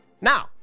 Now